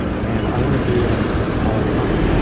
and i want to be there all the time.